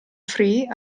free